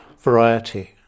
variety